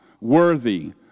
Worthy